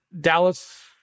Dallas